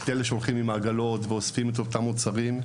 אלה שהולכים עם עגלות ואוספים מוצרים מהרחוב,